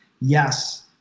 Yes